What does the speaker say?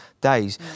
days